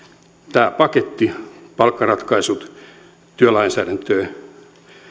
tämä paketti palkkaratkaisut työlainsäädäntöön